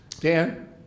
Dan